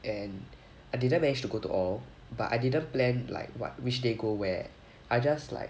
and I didn't manage to go to all but I didn't plan like what which day go where I just like